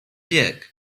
bieg